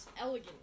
elegant